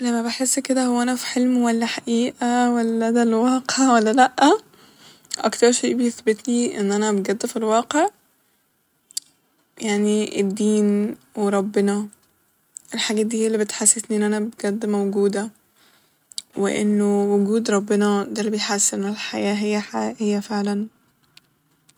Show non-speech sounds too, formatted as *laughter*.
لما بحس كده هو انا ف حلم ولا حقيقة ولا ده الواقع ولا لأ ، أكتر شئ بيثبتلي إن أنا بجد ف الواقع *hesitation* يعني الدين وربنا الحاجات دي هي اللي بتحسسني بجد إن أنا موجودة ، وإنه وجود ربنا ده اللي بيحسس الحياة إنها حقيقية فعلا